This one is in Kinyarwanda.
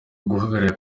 guharira